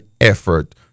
effort